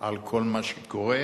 על כל מה שקורה,